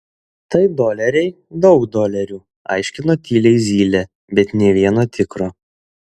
tai doleriai daug dolerių aiškino tyliai zylė bet nė vieno tikro